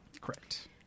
Correct